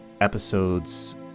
episodes